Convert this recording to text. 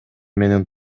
менен